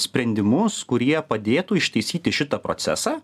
sprendimus kurie padėtų ištaisyti šitą procesą